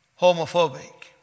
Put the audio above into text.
homophobic